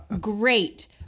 great